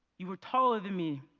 you were taller than me,